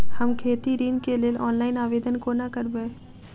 हम खेती ऋण केँ लेल ऑनलाइन आवेदन कोना करबै?